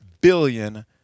billion